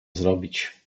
zrobić